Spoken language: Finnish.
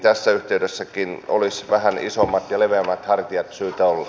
tässä yhteydessäkin olisi vähän isommat ja leveämmät hartiat syytä olla